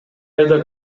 айда